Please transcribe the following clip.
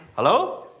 hello?